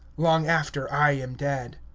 long after i am dead.